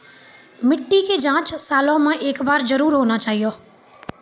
मिट्टी के जाँच सालों मे एक बार जरूर होना चाहियो?